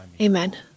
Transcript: Amen